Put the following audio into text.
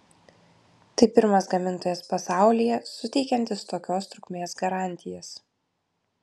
tai pirmas gamintojas pasaulyje suteikiantis tokios trukmės garantijas